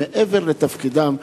מעבר לתפקידם,